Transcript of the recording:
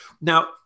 Now